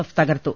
F തകർത്തു